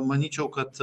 manyčiau kad